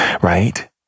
right